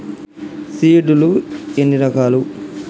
Seed లు ఎన్ని రకాలు?